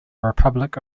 republic